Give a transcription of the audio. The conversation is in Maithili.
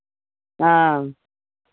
हँ